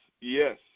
yes